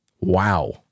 Wow